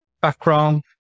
background